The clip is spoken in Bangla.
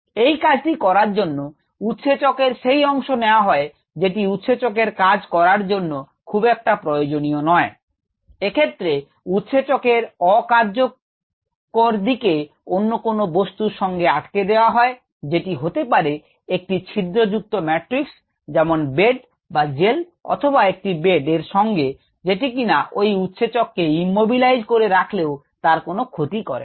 এই কাজটি করার জন্য উৎসেচকের সেই অংশ নেয়া হয় যেটি উৎসেচক এর কাজ করার জন্য খুব একটা প্রয়োজনীয় নয় এক্ষেত্রে উৎসেচকের অকার্যকরই দিকে অন্য কোন বস্তুর সঙ্গে আটকে দেয়া হয় যেটি হতে পারে একটি ছিদ্রযুক্ত ম্যাট্রিক্স যেমন বেড বা জেল অথবা একটি বেড এর সঙ্গে যেটি কিনা ওই উৎসেচক কে ইম্যবিলাইজ করে রাখলেও তার কোনো ক্ষতি করে না